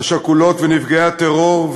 השכולות ונפגעי הטרור,